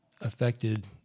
affected